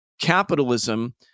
capitalism